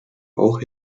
auch